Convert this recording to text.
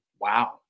Wow